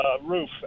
roof